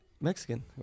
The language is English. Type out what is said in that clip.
Mexican